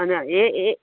न ये ये